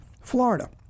Florida